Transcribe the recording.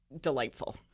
delightful